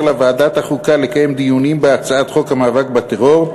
לוועדת החוקה לקיים דיונים בהצעת חוק המאבק בטרור.